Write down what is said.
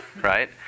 Right